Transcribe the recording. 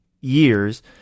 years